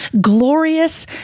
glorious